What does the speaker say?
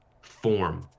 form